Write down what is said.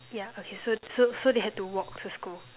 yeah okay so so so they had to walk to school